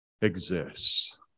exists